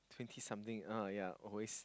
twenty something oh ya always